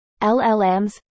LLMs